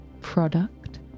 Product